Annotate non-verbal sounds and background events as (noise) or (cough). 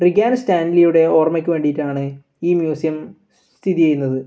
(unintelligible) സ്റ്റാൻലിയുടെ ഓർമ്മക്ക് വേണ്ടിയിട്ടാണ് ഈ മ്യൂസിയം സ്ഥിതിചെയ്യുന്നത്